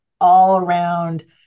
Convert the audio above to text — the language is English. all-around